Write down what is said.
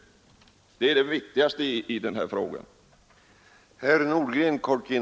Detta är ling och hushållning det viktigaste i denna fråga. med mark och vatten